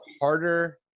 harder